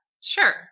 sure